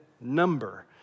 number